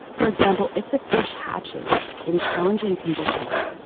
for example if the fish hatches in challenging conditions,